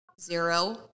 zero